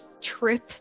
trip